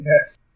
yes